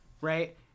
right